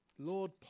Lord